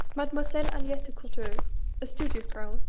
mademoiselle aliette de courteheuse, a studious girl,